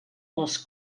les